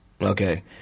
Okay